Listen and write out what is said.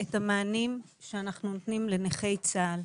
את המענים שאנחנו נותנים לנכי צה"ל.